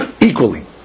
equally